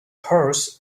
horse